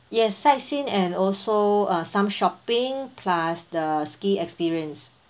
yes sightseeing and also uh some shopping plus the ski experience